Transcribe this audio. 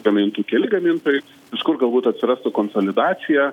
gamintų keli gamintojai iš kur galbūt atsirastų konsolidacija